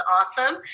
awesome